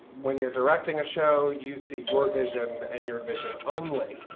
when you're directing a show, you see your vision and your vision only.